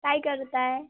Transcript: काय करत आहे